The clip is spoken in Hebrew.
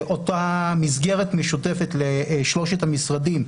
אותה מסגרת משותפת לשלושת המשרדים,